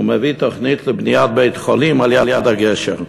ומביא תוכנית לבניית בית-חולים ליד הגשר.